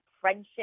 friendship